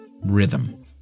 rhythm